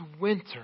winter